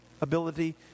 ability